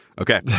Okay